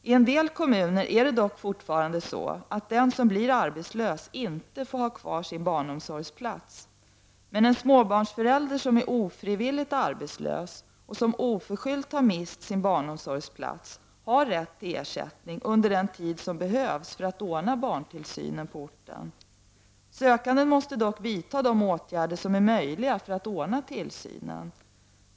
I en del kommuner är det dock fortfarande så, att den som blir arbetslös inte får ha kvar sin barnomsorgsplats, men en småbarnsförälder som är ofrivilligt arbetslös och som oförskyllt mist sin barnomsorgsplats har rätt till ersättning under den tid som behövs för att ordna barntillsynen på orten. Sökanden måste dock vidta de åtgärder som är möjliga för att ordna tillsynen.